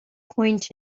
point